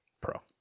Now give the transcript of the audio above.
pro